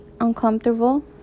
uncomfortable